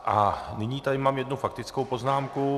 A nyní tady mám jednu faktickou poznámku.